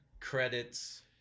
credits